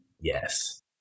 yes